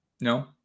No